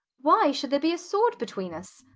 why should there be a sword between us?